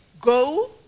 go